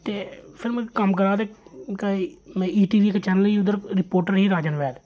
ते फिर में कम्म करा ते में इ टी वी इक चैनल ही उद्धर रपोर्टर ही राजन वैध